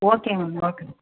ஓகேங்க மேம் ஓகேங்க மேம்